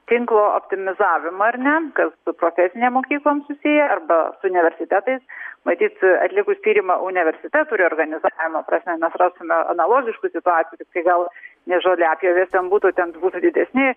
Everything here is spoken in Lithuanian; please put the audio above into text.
tinklo optimizavimą ar ne kas su profesinėm mokyklom susiję arba su universitetais matyt atlikus tyrimą universitetų reorganizavimo prasme mes rastume analogiškų situacijų tai gal ne žoliapjovės ten būtų ten didesni